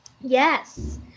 Yes